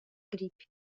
gripe